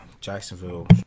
Jacksonville